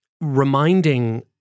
reminding